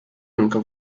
nunca